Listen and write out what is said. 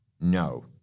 No